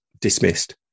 dismissed